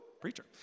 preacher